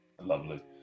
Lovely